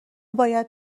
باید